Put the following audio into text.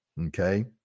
Okay